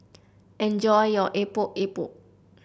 enjoy your Epok Epok